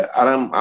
aram